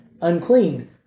unclean